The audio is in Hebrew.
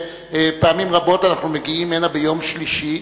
פעמים רבות אנחנו מגיעים הנה ביום שלישי,